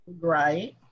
Right